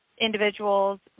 individuals